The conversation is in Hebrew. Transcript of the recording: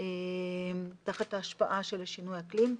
הוא תחת ההשפעה של שינוי האקלים.